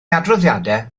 adroddiadau